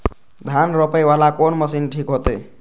धान रोपे वाला कोन मशीन ठीक होते?